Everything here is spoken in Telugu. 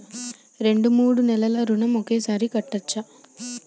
రెండు మూడు నెలల ఋణం ఒకేసారి కట్టచ్చా?